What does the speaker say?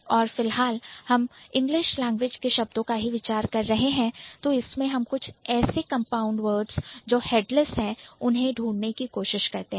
और फिलहाल हम इंग्लिश लैंग्वेज के शब्दों का ही विचार कर रहे हैं तो इसमें हम कुछ ऐसे कंपाउंड वर्ड्स जो हेडलेस है उन्हें ढूंढ सकते हैं